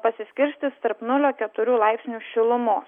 pasiskirstys tarp nulio keturių laipsnių šilumos